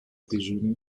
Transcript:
déjeuner